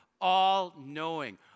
all-knowing